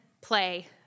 play